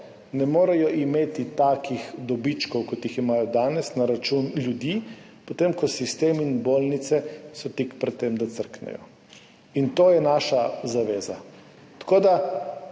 ne morejo imeti takih dobičkov, kot jih imajo danes na račun ljudi, potem ko so sistemi in bolnice tik pred tem, da crknejo. To je naša zaveza.